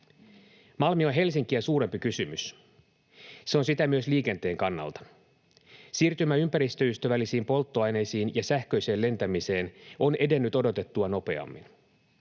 Malmi on Helsinkiä suurempi kysymys. Se on sitä myös liikenteen kannalta. Siirtymä ympäristöystävällisiin polttoaineisiin ja sähköiseen lentämiseen on edennyt odotettua nopeammin.